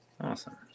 Awesome